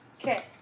Okay